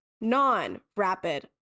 non-rapid